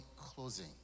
closing